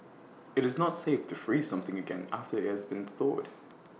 IT is not safe to freeze something again after IT has thawed